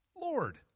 Lord